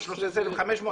על 13,500,